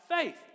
faith